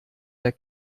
der